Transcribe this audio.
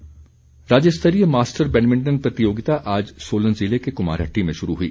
badminton राज्यस्तरीय master badminton प्रतियोगिता आज सोलन ज़िले के कुमारहट्टी में शुरू हुई